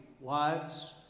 wives